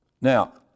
Now